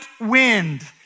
wind